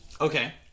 Okay